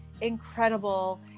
incredible